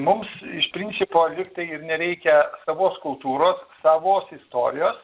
mums iš principo lygtai nereikia savos kultūros savos istorijos